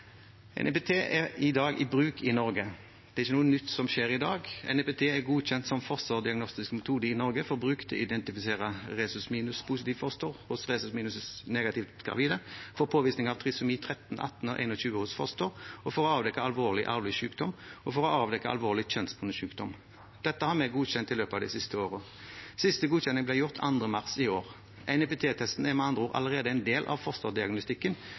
er i dag i bruk i Norge; det er ikke noe nytt som skjer i dag. NIPT er godkjent som fosterdiagnostisk metode i Norge for bruk til å identifisere RhD-positivt foster hos RhD-negative gravide, for påvisning av trisomi 13, 18 og 21 hos fostre, for å avdekke alvorlig arvelig sykdom og for å avdekke alvorlig kjønnsbundet sykdom. Dette har vi godkjent i løpet av de siste årene. Siste godkjenning ble gjort 2. mars i år. NIPT-testen er med andre ord allerede en del av fosterdiagnostikken,